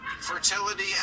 Fertility